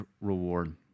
reward